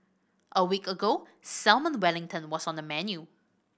a week ago Salmon Wellington was on the menu